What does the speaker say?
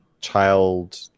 child